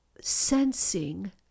sensing